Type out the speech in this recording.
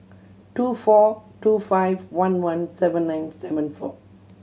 two four two five one one seven nine seven four